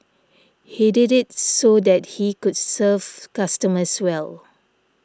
he did it so that he could serve customers well